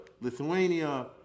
Lithuania